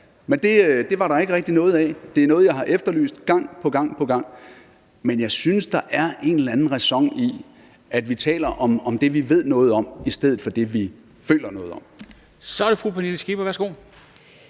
Men det var der ikke rigtig noget af. Det er noget, jeg har efterlyst gang på gang på gang. Men jeg synes, der er en eller anden ræson i, at vi taler om det, vi ved noget om, i stedet for det, vi føler noget om. Kl. 13:42 Formanden (Henrik